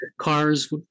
cars